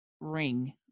ring